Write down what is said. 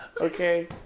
Okay